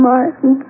Martin